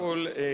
היא תיפול קורבן.